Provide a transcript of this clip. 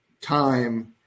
time